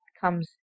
comes